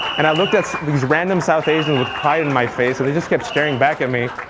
and i looked at these random south asians with pride in my face, and they just kept staring back at me,